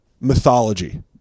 mythology